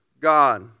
God